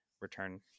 return